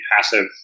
passive